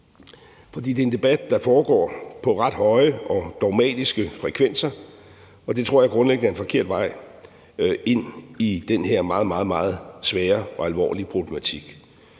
For det er en debat, der foregår på nogle ret høje og dogmatiske frekvenser, og det tror jeg grundlæggende er en forkert vej ind i den her meget, meget svære og alvorlige problematik.